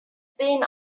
seen